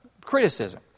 Criticism